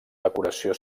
decoració